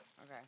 Okay